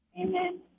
Amen